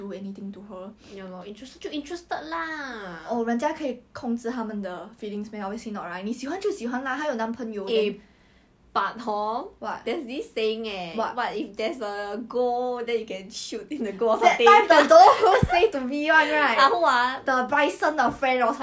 maybe maybe he insecure insecure to the point where he cannot stand it stand being in different school with his girlfriend cause he don't know what's going on in his girlfriend's school it's a toxic relationship bro then venus got tell me before the boyfriend don't allow her to wear cropped top